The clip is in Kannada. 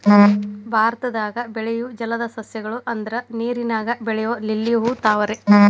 ಭಾರತದಾಗ ಬೆಳಿಯು ಜಲದ ಸಸ್ಯ ಗಳು ಅಂದ್ರ ನೇರಿನಾಗ ಬೆಳಿಯು ಲಿಲ್ಲಿ ಹೂ, ತಾವರೆ